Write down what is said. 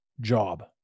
job